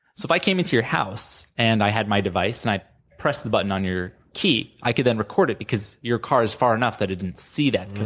so if i came into your house and i had my device and i pressed the button on your key, i could then record it, because your car is far enough that it didn't see that code,